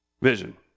vision